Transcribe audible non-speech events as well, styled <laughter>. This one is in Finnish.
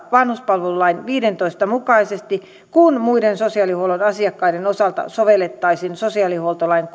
vanhuspalvelulain viidennentoista pykälän mukaisesti kun muiden sosiaalihuollon asiakkaiden osalta sovellettaisiin sosiaalihuoltolain <unintelligible>